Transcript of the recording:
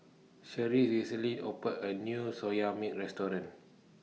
Cherri recently opened A New Soya Milk Restaurant